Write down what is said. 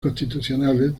constitucionales